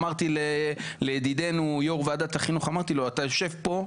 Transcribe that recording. אמרתי לידידנו, יו"ר ועדת החינוך, אתה יושב פה.